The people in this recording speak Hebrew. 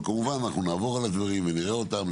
אנחנו נעבור על הדברים ונראה אותם,